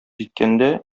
җиткәндә